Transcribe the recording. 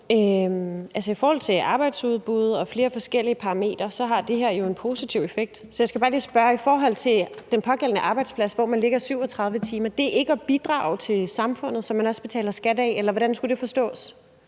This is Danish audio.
i forhold til arbejdsudbud og flere forskellige parametre har det her jo en positiv effekt, så jeg skal bare lige spørge i forhold til den pågældende arbejdsplads, hvor man lægger 37 timer: Er det ikke at bidrage til samfundet, når man også betaler skat, eller hvordan skulle det forstås?